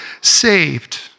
saved